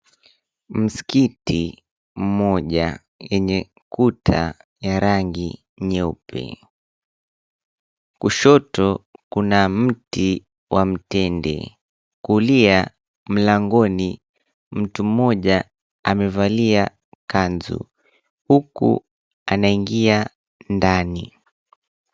Msikiti mmoja wenye ukuta wa rangi nyeupe kushoto kuna mti wa mtende kulia, mlangoni mtu mmoja amevalia kanzu huku anaingia ndani.